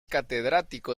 catedrático